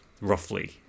roughly